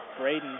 Braden